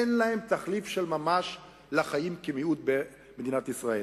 אין להם תחליף של ממש לחיים כמיעוט במדינת ישראל.